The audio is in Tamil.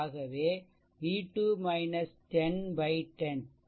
v 3 10 volt ஆகவே v2 10 10